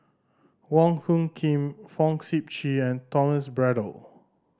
Wong Hung Khim Fong Sip Chee and Thomas Braddell